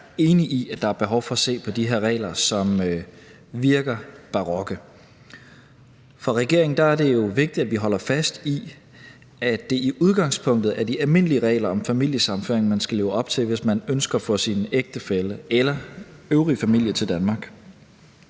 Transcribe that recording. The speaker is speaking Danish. enig i, at der er behov for at se på de her regler, som virker barokke. For regeringen er det jo vigtigt, at vi holder fast i, at det i udgangspunktet er de almindelige regler om familiesammenføring, man skal leve op til, hvis man ønsker at få sin ægtefælle eller øvrige familie til Danmark.